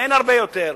אין הרבה יותר,